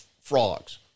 frogs